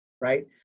right